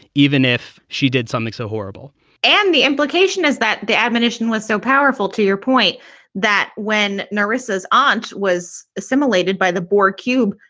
even if she did something so horrible and the implication is that the admonition was so powerful to your point that when norris's aunt was assimilated by the borg cube,